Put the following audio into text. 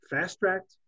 fast-tracked